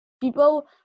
People